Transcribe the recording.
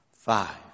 Five